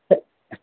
हो